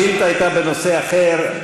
השאילתה הייתה בנושא אחר.